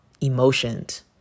emotions